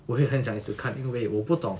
我会很想一直因我不懂